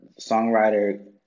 songwriter